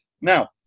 Now